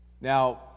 Now